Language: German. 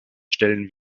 stellen